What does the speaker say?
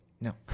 No